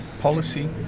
policy